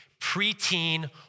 preteen